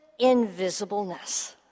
invisibleness